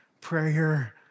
prayer